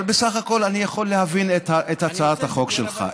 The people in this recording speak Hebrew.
בסך הכול אני יכול להבין את הצעת החוק שלך.